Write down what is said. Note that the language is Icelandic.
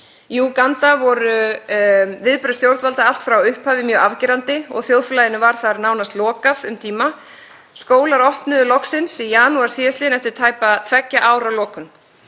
Í Úganda voru viðbrögð stjórnvalda allt frá upphafi mjög afgerandi og þjóðfélaginu var þar nánast lokað um tíma. Skólar opnuðu loksins í janúar síðastliðinn eftir tæpa tveggja ára lokun.